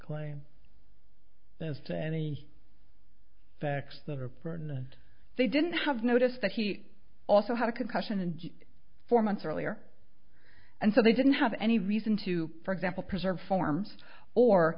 claim as to any facts that are pertinent they didn't have notice that he also had a concussion and four months earlier and so they didn't have any reason to for example preserve forms or